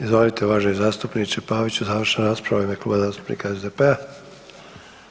Izvolite uvaženi zastupniče Paviću, završna rasprava u ime Kluba zastupnika SDP-a.